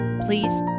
Please